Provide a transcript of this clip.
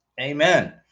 Amen